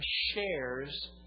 shares